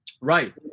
Right